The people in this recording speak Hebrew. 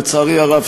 לצערי הרב,